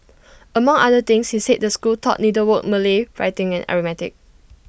among other things he said the school taught needlework Malay writing and arithmetic